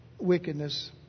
wickedness